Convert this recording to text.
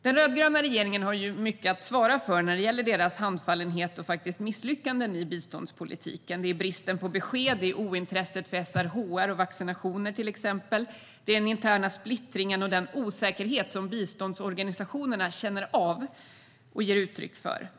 Den rödgröna regeringen har mycket att svara för när det gäller deras handfallenhet och misslyckanden i biståndspolitiken: bristen på besked, ointresset för till exempel SRHR och vaccinationer, den interna splittringen och den osäkerhet som biståndsorganisationerna känner av och ger uttryck för.